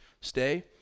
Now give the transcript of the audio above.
stay